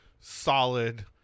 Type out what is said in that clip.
solid